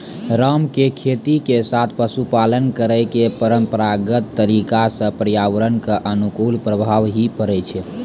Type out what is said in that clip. राम के खेती के साथॅ पशुपालन करै के परंपरागत तरीका स पर्यावरण कॅ अनुकूल प्रभाव हीं पड़ै छै